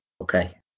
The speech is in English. Okay